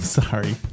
sorry